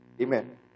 Amen